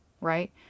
right